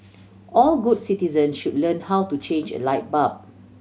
all good citizen should learn how to change a light bulb